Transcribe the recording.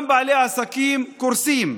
גם בעלי עסקים קורסים.